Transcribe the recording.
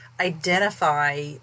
Identify